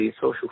social